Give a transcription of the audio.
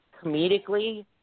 comedically